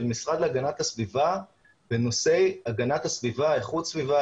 המשרד להגנת הסביבה בנושא איכות סביבה,